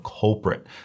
culprit